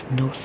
no